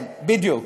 כן, בדיוק.